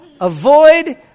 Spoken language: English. Avoid